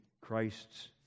Christ's